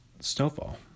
snowfall